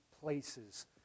places